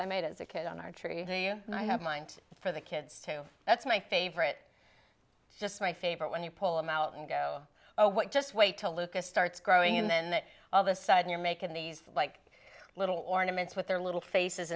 i made as a kid on our tree and i have mind for the kids too that's my favorite just my favorite when you pull them out and go oh what just way to look at starts growing and then that all of a sudden you're making these like little ornaments with their little faces